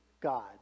God